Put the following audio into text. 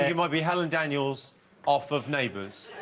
ah might be helen daniels off of neighbors